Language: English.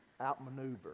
outmaneuver